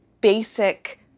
basic